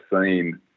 seen